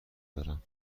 دارم